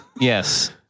Yes